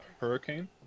hurricane